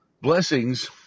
Blessings